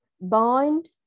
bind